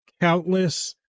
countless